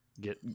Get